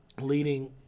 leading